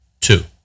two